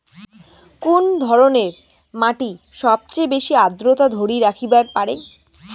কুন ধরনের মাটি সবচেয়ে বেশি আর্দ্রতা ধরি রাখিবার পারে?